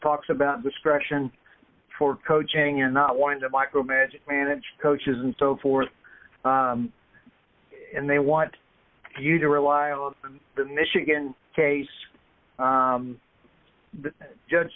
talks about discretion for coaching and not wanting to micromanage manage coaches and so forth and they want you to rely on the michigan case the judge